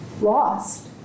lost